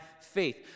faith